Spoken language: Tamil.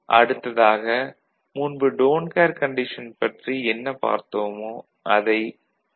அடுத்ததாக முன்பு டோன்ட் கேர் கண்டிஷன் பற்றி என்னப் பார்த்தோமோ அதை பி